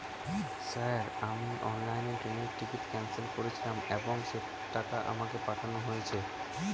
Sir আমি অনলাইনে ট্রেনের টিকিট ক্যানসেল করেছিলাম এবং সেই টাকা আমাকে পাঠানো হয়েছে?